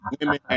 women